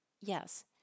Yes